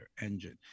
engine